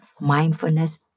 Mindfulness